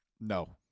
No